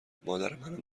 مادرمنم